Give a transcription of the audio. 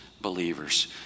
believers